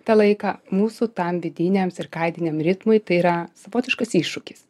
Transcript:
tą laiką mūsų tam vidiniam cirkadiniam ritmui tai yra savotiškas iššūkis